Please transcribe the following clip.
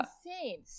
Insane